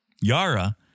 Yara